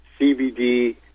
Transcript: CBD